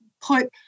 put